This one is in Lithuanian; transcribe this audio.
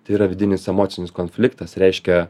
tai yra vidinis emocinis konfliktas reiškia